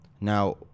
Now